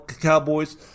Cowboys